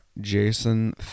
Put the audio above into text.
Jason